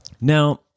Now